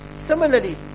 Similarly